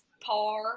par